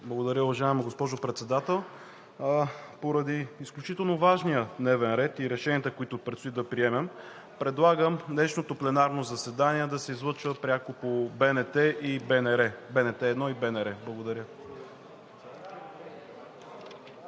Благодаря, уважаема госпожо Председател. Поради изключително важния дневен ред и решенията, които предстои да приемем, предлагам днешното пленарно заседание да се излъчва пряко по БНТ 1 и БНР. Благодаря.